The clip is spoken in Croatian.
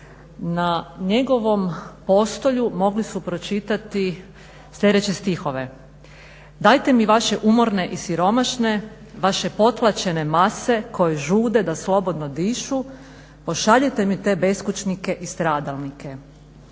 Na njegovom postolju mogli su pročitati sljedeće stihove: "Dajte mi vaše umorne i siromašne, vaše potlačene mase koji žude da slobodno dišu, pošaljite mi te beskućnike i stradalnike."